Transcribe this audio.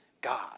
God